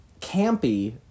campy